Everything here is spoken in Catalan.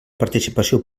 participació